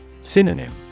Synonym